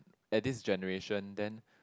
at this generation then